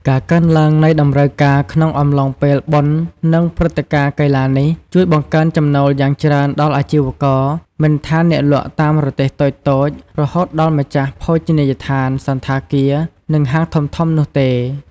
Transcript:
ការកើនឡើងនៃតម្រូវការក្នុងអំឡុងពេលបុណ្យនិងព្រឹត្តិការណ៍កីឡានេះ ជួយបង្កើនចំណូលយ៉ាងច្រើនដល់អាជីវករ មិនថាអ្នកលក់តាមរទេះតូចៗ រហូតដល់ម្ចាស់ភោជនីយដ្ឋាន សណ្ឋាគារ និងហាងធំៗនោះទេ។